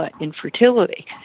infertility